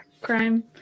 crime